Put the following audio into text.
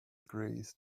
agrees